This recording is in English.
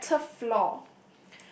character flaw